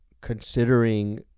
considering